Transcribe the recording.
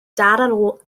dal